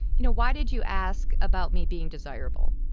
you know, why did you ask about me being desirable?